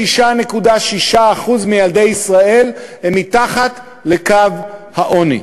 36.6% מילדי ישראל הם מתחת לקו העוני.